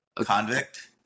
Convict